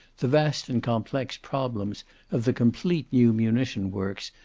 the vast and complex problems of the complete new munition works,